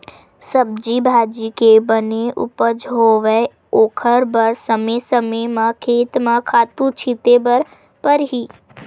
सब्जी भाजी के बने उपज होवय ओखर बर समे समे म खेत म खातू छिते बर परही